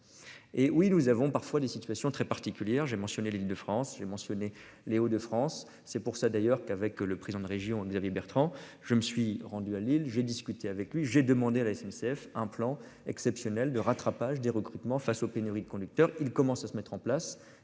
Et oui, nous avons parfois des situations très particulières. J'ai mentionné l'Île de France, j'ai mentionné, Les Hauts de France, c'est pour ça d'ailleurs qu'avec le président de région, Xavier Bertrand, je me suis rendu à Lille, j'ai discuté avec lui, j'ai demandé à la SNCF un plan exceptionnel de rattrapage des recrutements face aux pénuries de conducteurs, il commence à se mettre en place,